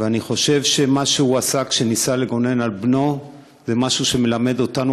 ואני חושב שמה שהוא עשה כשניסה לגונן על בנו זה משהו שמלמד אותנו,